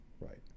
Right